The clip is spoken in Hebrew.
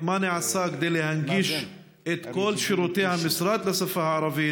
2. מה נעשה כדי להנגיש את כל שירותי המשרד בשפה הערבית?